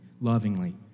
lovingly